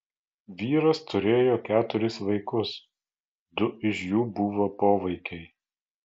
vyras turėjo keturis vaikus du iš jų buvo povaikiai